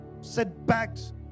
setbacks